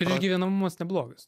išgyvenamumas neblogas